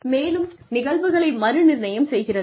மேலும் நிகழ்வுகளை மறு நிர்ணயம் செய்கிறது